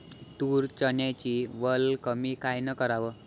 तूर, चन्याची वल कमी कायनं कराव?